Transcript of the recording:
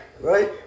Right